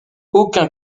aucun